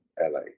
LA